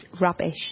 rubbish